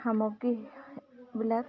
সামগ্ৰীবিলাক